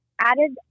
added